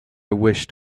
wished